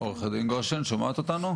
לוקח זמן להגיש כתבי אישום.